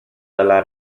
dalla